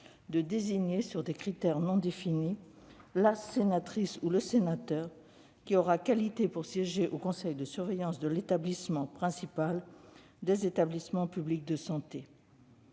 de désigner, à partir de critères non définis, la sénatrice ou le sénateur qui aura qualité pour siéger au conseil de surveillance de l'établissement principal des établissements publics de santé.